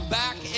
back